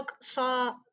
saw